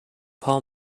paul